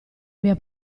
mia